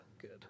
Good